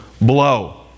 blow